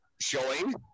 showing